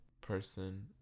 person